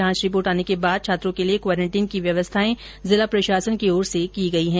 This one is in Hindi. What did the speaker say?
जांच रिपोर्ट आने के बाद छात्रों के लिए क्वारेंटीन की व्यवस्थाए जिला प्रशासन की ओर से की गई है